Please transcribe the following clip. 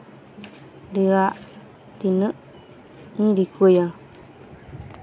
ᱨᱮᱭᱟᱜ ᱛᱤᱱᱟᱹᱜ ᱤᱧ ᱨᱤᱠᱟᱹᱭᱟ